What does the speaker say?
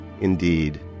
Indeed